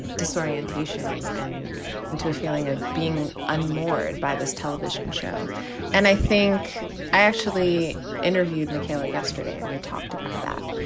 disorientation and into a feeling of being unmoored by this television show and i think i actually interviewed mchale yesterday and we talked about that.